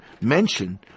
mention